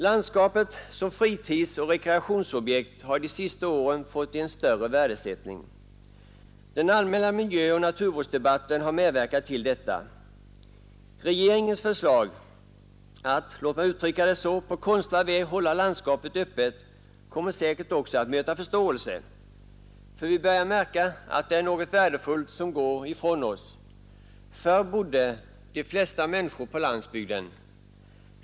Landskapet som fritidsoch rekreationsobjekt har under de senaste åren värdesatts mera. Den allmänna miljöoch naturvårdsdebatten har medverkat till detta. Regeringens förslag att, låt mig uttrycka det så, på konstlad väg hålla landskapet öppet kommer säkert också att möta förståelse, ty vi börjar märka att det är något värdefullt som går ifrån oss. Förr bodde de flesta människor på landsbygden.